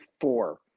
four